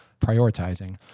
prioritizing